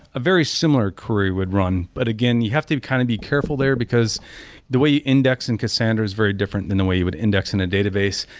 a very similar query would run. but again, you have to be kind of be careful there because the way index in cassandra is very different than the way you would index in a database.